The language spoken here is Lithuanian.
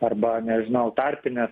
arba nežinau tarpinės